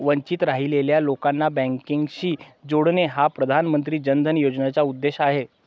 वंचित राहिलेल्या लोकांना बँकिंगशी जोडणे हा प्रधानमंत्री जन धन योजनेचा उद्देश आहे